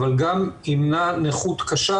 אבל גם ימנע נכות קשה,